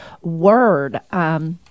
word